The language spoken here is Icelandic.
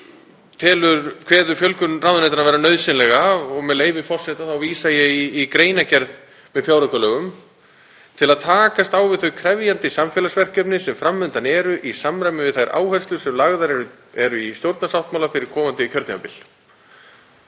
ríkisstjórn kveður fjölgun ráðuneyta vera nauðsynlega og með leyfi forseta vísa ég í greinargerð með fjáraukalögum: „[…] til að takast á við þau krefjandi samfélagsverkefni sem fram undan eru í samræmi við þær áherslur sem lagðar eru í stjórnarsáttmála fyrir komandi kjörtímabil.“